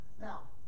Now